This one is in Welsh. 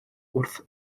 wrth